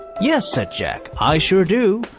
yes, said jack, i sure do.